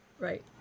Right